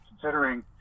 considering